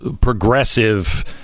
progressive